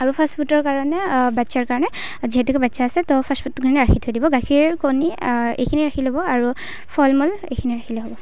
আৰু ফাষ্ট ফুডৰ কাৰণে বাচ্ছাৰ কাৰণে যিহেতুকে বাচ্ছা আছে ত' ফাষ্ট ফুডখিনি ৰাখি থৈ দিব গাখীৰ কণী এইখিনি ৰাখিলেই হ'ব আৰু ফল মূল এইখিনি ৰাখিলেই হ'ব